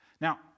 Now